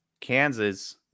Kansas